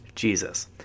Jesus